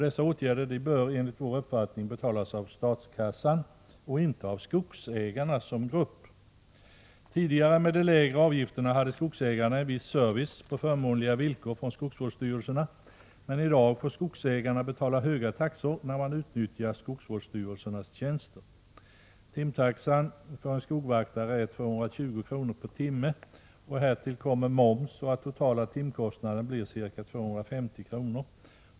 Dessa åtgärder bör enligt vår uppfattning betalas av statskassan och inte av skogsägarna som grupp. Tidigare, med de lägre avgifterna, hade skogsägarna en viss service på förmånliga villkor från skogsvårdsstyrelserna, men i dag får skogsägarna betala höga taxor, när de utnyttjar skogsvårdsstyrelsernas tjänster. Timtaxan för en skogvaktare är 220 kr. per timme. Härtill kommer moms, så att den totala timkostnaden blir ca 250 kr.